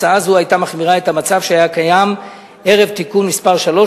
הצעה זו היתה מחמירה את המצב שהיה קיים ערב תיקון מס' 3,